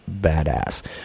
badass